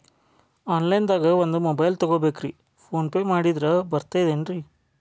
Online ದಾಗ ಒಂದ್ mobile ತಗೋಬೇಕ್ರಿ ಫೋನ್ ಪೇ ಮಾಡಿದ್ರ ಬರ್ತಾದೇನ್ರಿ?